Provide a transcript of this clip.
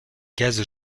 gaz